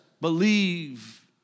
believe